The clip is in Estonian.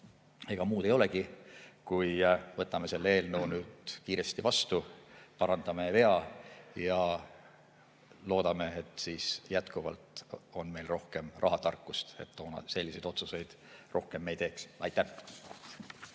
Ega muud ei olegi, kui võtame selle eelnõu nüüd kiiresti vastu, parandame vea ja loodame, et jätkuvalt on meil rohkem rahatarkust, et me selliseid otsuseid rohkem ei teeks. Aitäh!